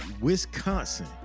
Wisconsin